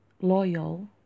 loyal